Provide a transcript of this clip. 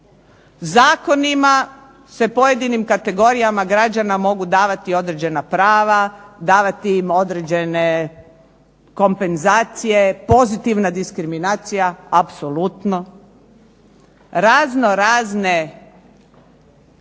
Zakonima se pojedinim kategorijama građana se mogu davati određena prava, davati im određene kompenzacije, pozitivna diskriminacija apsolutno, razno razne